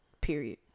period